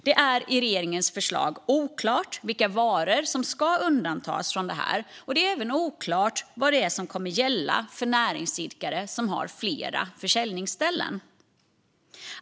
Det är i regeringens förslag oklart vilka varor som ska undantas från detta. Det är även oklart vad det är som kommer att gälla för näringsidkare som har flera försäljningsställen.